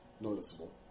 noticeable